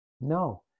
No